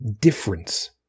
difference